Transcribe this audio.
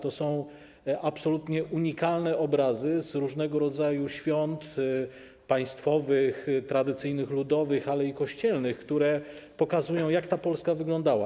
To są absolutnie unikalne obrazy z różnego rodzaju świąt: państwowych, tradycyjnych ludowych, ale i kościelnych, które pokazują, jak Polska wyglądała.